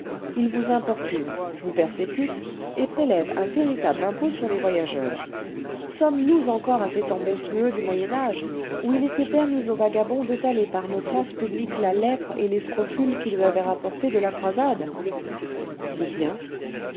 il vous importune vous persécute et prélève un véritable impôt sur les voyageurs sommes-nous encore à ces temps monstrueux du moyen age où il était permis aux vagabonds d'étaler par nos places publiques la lèpre et les scrofules qu'ils avaient rapportées de la croisade ou bien